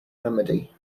remedy